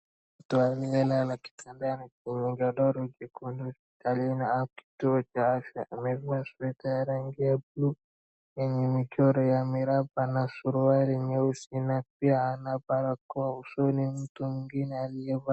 Mtu aliyelala kitandani kwenye gondoro jekundu ndani ya kituo cha afya, amevaa sweta ya rangi ya blue yenye michoro ya miraba na suruali nyeusi na pia na barakoa usoni, mtu mwingine aliyevaa.